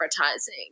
advertising